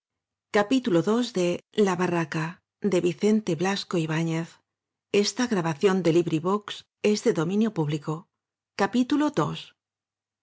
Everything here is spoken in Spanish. la barraca de